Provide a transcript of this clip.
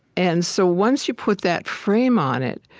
and so once you put that frame on it,